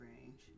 range